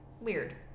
weird